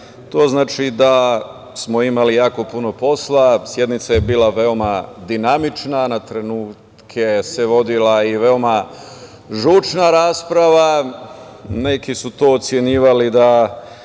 To znači da smo imali jako puno posla. Sednica je bila veoma dinamična. Na trenutke se vodila i veoma žučna rasprava. Neki su to ocenjivali da